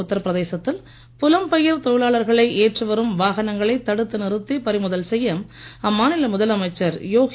உத்தரபிரதேசத்தில் புலம்பெயர் தொழிலாளர்களை ஏற்றி வரும் வாகனங்களை தடுத்து நிறுத்தி பறிமுதல் செய்ய அம்மாநில முதலமைச்சர் யோகி